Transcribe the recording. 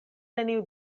neniu